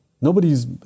Nobody's